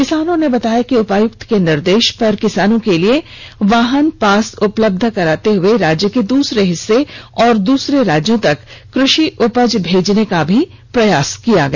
किसानों ने बताया कि उपायुक्त के निर्देश पर किसानों के लिए वाहन पास उपलब्ध कराते हुए राज्य के दूसरे हिस्से एवं दूसरे राज्यों तक कृषि उपज भेजने का भी प्रयास किया गया